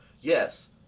yes